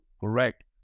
correct